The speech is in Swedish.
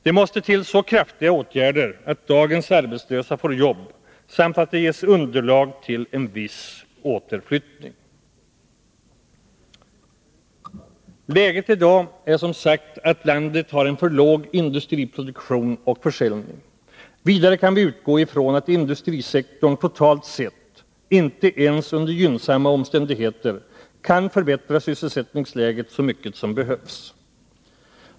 Det måste till så kraftiga åtgärder att dagens arbetslösa får jobb och att det ges underlag för en viss återflyttning. Läget i dag är som sagt att landet har en för låg industriproduktion och försäljning. Vidare kan vi utgå ifrån att industrisektorn, totalt sett, inte ens under gynnsamma omständigheter kan förbättra sysselsättningsläget så mycket som behövs.